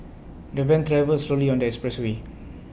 the van travelled slowly on the expressway